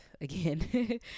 again